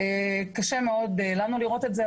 קשה מאוד לנו לראות את זה,